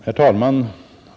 Herr talman!